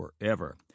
forever